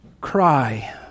cry